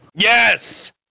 Yes